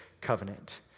covenant